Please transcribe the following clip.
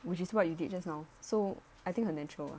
which is what you did just now so I think 很 natural ah